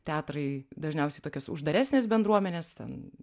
teatrai dažniausiai tokios uždaresnės bendruomenės ten